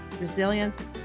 resilience